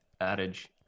adage